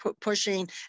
pushing